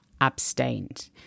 abstained